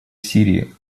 сирии